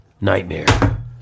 nightmare